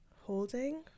holding